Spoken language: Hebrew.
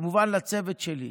וכמובן לצוות שלי,